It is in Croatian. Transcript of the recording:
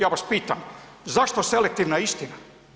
Ja vas pitam zašto selektivna istina?